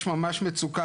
יש ממש מצוקה,